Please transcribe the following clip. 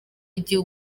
igihe